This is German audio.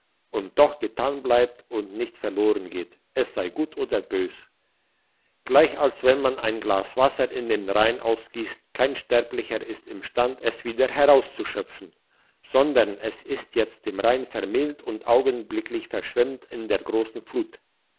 und doch getan bleibt und nicht verloren geht es sei gut oder bös gleich als wenn man ein glas wasser in den rhein ausgiesst kein sterblicher ist imstand es wieder herauszuschöpfen sondern es ist jetzt dem rhein vermählt und augenblicklich verschwemmt in der grossen flut